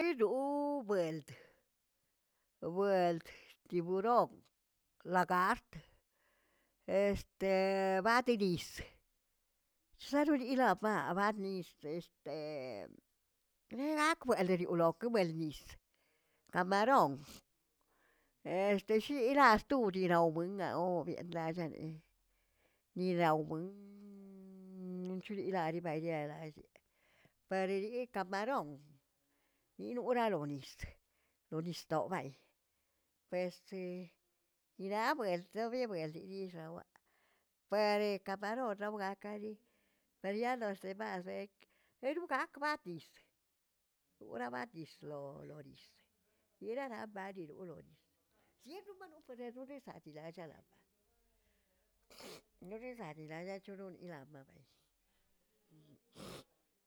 Nuul buelt- buelt tiburón, lagart este ba de nist, chlaꞌnolilaꞌ ba'a ba nistə nerakb nil ke bel nis camaron este shira sto dirawbaꞌo bendallaꞌ, niraw buen nichureraꞌbayeꞌ lalleꞌ pareyi camaron, bi nora lo nis lo nisdoꞌ bayꞌl, pesti irabuelt to bi buel lexawaꞌ pare camaron laoga kari per ya los demazi erugakbaꞌ dis, urabadislo lo nis yiraꞌ ba diidoꞌ lo nis sieromano pero ronisaꞌ dilachaꞌalaꞌoba' norisaꞌ dilayachoronilaꞌ mabell.